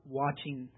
watching